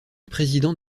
président